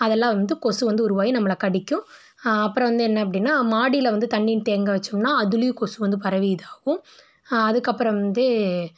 அதெல்லாம் வந்து கொசு வந்து உருவாகி நம்மளை கடிக்கும் அப்பறம் வந்து என்ன அப்படின்னா மாடியில் வந்து தண்ணி தேங்க வைச்சோம்ன்னா அதுலேயும் கொசு வந்து பரவி இதாகும் அதுக்கப்புறம் வந்து